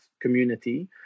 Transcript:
community